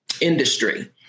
industry